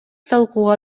талкууга